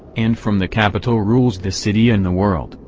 and from the capitol rules the city and the world,